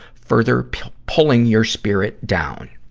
further pulling your spirit down.